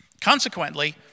Consequently